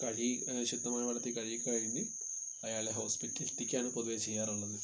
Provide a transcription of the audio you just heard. കഴുകി ശുദ്ധമായ വെള്ളത്തിൽ കഴുകി കഴിഞ്ഞ് അയാളെ ഹോസ്പിറ്റലിൽ എത്തിക്കുകയാണ് പൊതുവേ ചെയ്യാറുള്ളത്